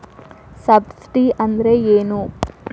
Subsidy ಅಂದ್ರೆ ಏನು?